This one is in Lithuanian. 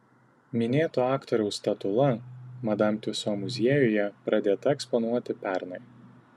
minėto aktoriaus statula madam tiuso muziejuje pradėta eksponuoti pernai